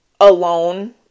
alone